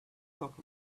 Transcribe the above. talk